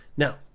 Now